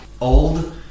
old